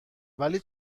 ولی